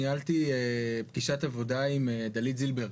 ניהלתי פגישת עבודה עם דלית זילבר,